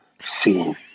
seen